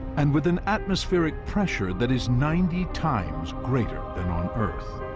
and with an atmospheric pressure that is ninety times greater than on earth,